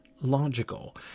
logical